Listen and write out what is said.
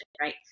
right